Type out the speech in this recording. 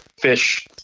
fish